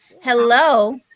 hello